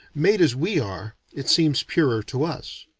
made as we are, it seems purer to us.